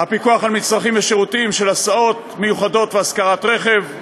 צו הפיקוח על מצרכים ושירותים (הסעות מיוחדות והשכרת רכב)